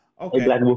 Okay